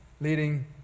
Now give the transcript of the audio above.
leading